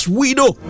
widow